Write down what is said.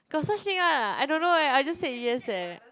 got such thing one lah I don't know eh I just say yes eh